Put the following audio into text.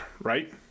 right